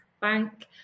Bank